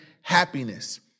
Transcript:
happiness